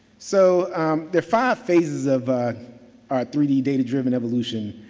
so the five phases of our three d data driven evolution,